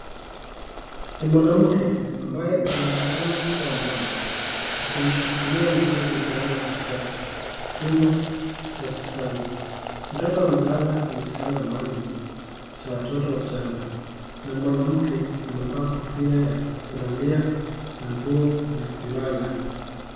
Ni mwanamke ambaye anaonekana kuwa mama akimshikilia mroro mchanga katika chumba cha hospitali, mtoto amelala kwenye kitanda maalum cha watoto wachanga na mwanamke amevaa kofia ya kulalia na nguo ya kulala.